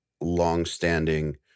longstanding